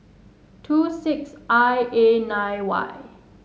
two six I A nine Y